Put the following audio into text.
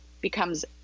becomes